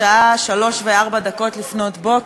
שוב תודות לצוות